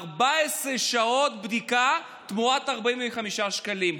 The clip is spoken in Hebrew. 14 שעות בבדיקה תמורת 45 שקלים,